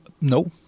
no